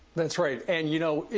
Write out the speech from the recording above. that's right and you know it.